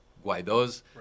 Guaido's